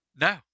no